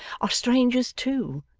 are strangers too,